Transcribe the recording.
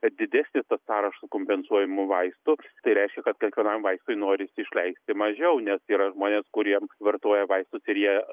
didesnis tas sąrašas kompensuojamų vaistų tai reiškia kad kiekvienam vaistui norisi išleisti mažiau nes yra žmonės kurie vartoja vaistus ir jie visai